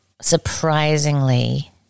surprisingly